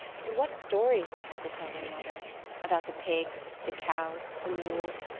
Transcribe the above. and what stories they had to tell their mother about the pigs, the cows, the mules!